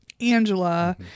angela